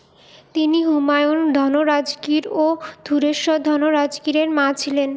তিনি হুমায়ুন ধনরাজগীর ও ধুরেশ্বর ধনরাজগীরের মা ছিলেন